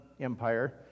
Empire